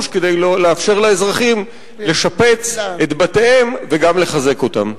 כדי לאפשר לאזרחים לשפץ את בתיהם וגם לחזק אותם.